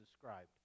described